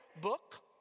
book